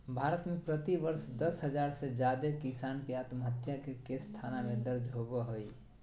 भारत में प्रति वर्ष दस हजार से जादे किसान के आत्महत्या के केस थाना में दर्ज होबो हई